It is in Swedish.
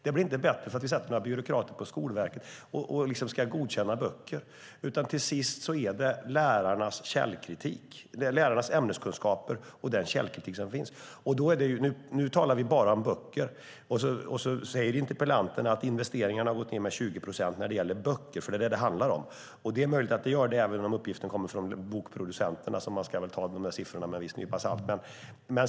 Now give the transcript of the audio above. Det blir inte bättre för att vi tillsätter några byråkrater på Skolverket som ska godkänna böcker, utan till sist handlar det om lärarnas källkritik. Det handlar om lärarnas ämneskunskaper och den källkritik som finns. Nu talar vi bara om böcker. Interpellanten säger att investeringarna har gått ned med 20 procent när det gäller böcker. Det är möjligt att det stämmer, men uppgiften kommer från bokproducenterna, så man ska väl ta den siffran med en nypa salt.